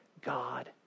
God